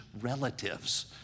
relatives